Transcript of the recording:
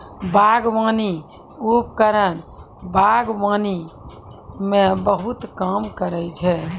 बागबानी उपकरण बागबानी म बहुत काम करै छै?